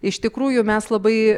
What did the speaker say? iš tikrųjų mes labai